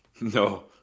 No